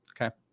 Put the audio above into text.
Okay